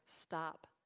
stop